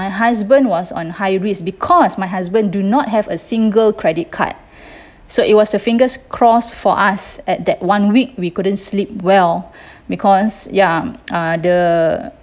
my husband was on high risk because my husband do not have a single credit card so it was a fingers crossed for us at that one week we couldn't sleep well because ya uh the